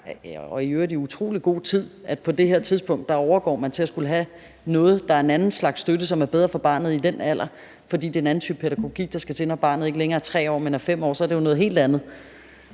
– i øvrigt i utrolig god tid – at på det her tidspunkt overgår man til at skulle have noget, der er en anden slags støtte, og som er bedre for barnet i den alder, fordi det er en anden type pædagogik, der skal til, når barnet ikke længere er 3 år, men er 5 år, så er det jo noget helt andet.